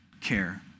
care